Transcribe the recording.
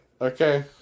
Okay